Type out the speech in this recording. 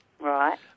Right